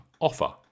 offer